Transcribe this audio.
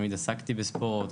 תמיד עסקתי בספורט.